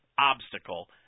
obstacle